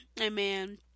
amen